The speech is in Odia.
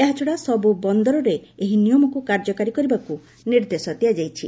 ଏହାଛଡ଼ା ସବୁ ବନ୍ଦରରେ ଏହି ନିୟମକୁ କାର୍ଯ୍ୟକାରୀ କରିବାକୁ ନିର୍ଦ୍ଦେଶ ଦିଆଯାଇଛି